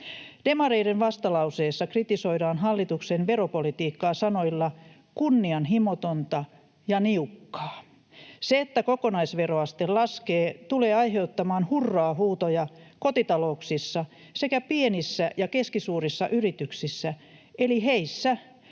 Demareiden vastalauseessa kritisoidaan hallituksen veropolitiikkaa sanoilla ”kunnianhimotonta” ja ”niukkaa”. Se, että kokonaisveroaste laskee, tulee aiheuttamaan hurraa-huutoja kotitalouksissa sekä pienissä ja keskisuurissa yrityksissä, eli heissä,